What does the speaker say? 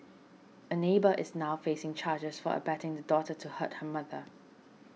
a neighbour is now facing charges for abetting the daughter to hurt her mother